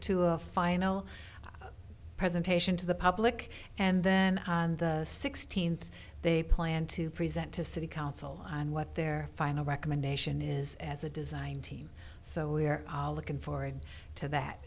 to a final presentation to the public and then on the sixteenth they plan to present to city council on what their final recommendation is as a design team so we're looking forward to that